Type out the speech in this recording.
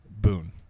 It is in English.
boon